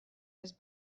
his